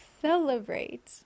celebrate